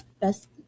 best